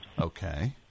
Okay